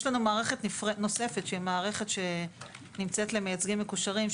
יש לנו מערכת נוספת שהיא מערכת שנמצאת למייצגים מקושרים,